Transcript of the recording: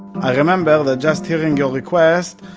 i remember that just hearing your request,